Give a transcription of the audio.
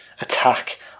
attack